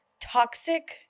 Toxic